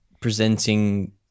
presenting